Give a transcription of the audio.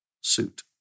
suit